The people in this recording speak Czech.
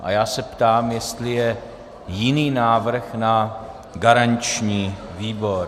A já se ptám, jestli je jiný návrh na garanční výbor.